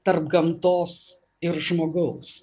tarp gamtos ir žmogaus